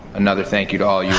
another thank you to all you.